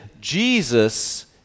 Jesus